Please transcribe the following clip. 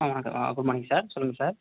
ஆ ஆ good morning sir சொல்லுங்கள் sir